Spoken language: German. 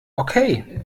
okay